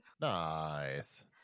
Nice